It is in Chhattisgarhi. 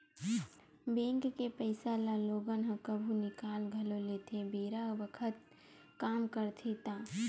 बेंक के पइसा ल लोगन ह कभु निकाल घलो लेथे बेरा बखत काम रहिथे ता